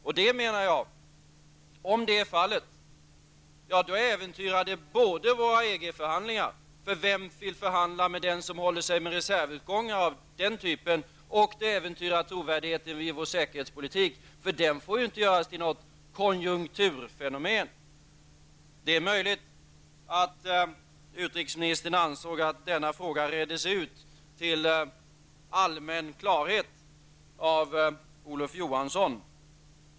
Om det är fallet, äventyrar det enligt min uppfattning både våra EG förhandlingar -- vem vill förhandla med den som håller sig med reservutgångar av den typen? -- och trovärdigheten i vår säkerhetspolitik, eftersom den ju inte får göras till något konjunkturfenomen. Det är möjligt att utrikesministern ansåg att denna fråga reddes ut till allmän klarhet av Olof Johansson.